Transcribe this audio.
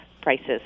prices